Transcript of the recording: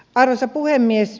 arvoisa puhemies